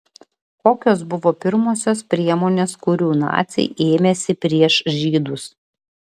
kokios buvo pirmosios priemonės kurių naciai ėmėsi prieš žydus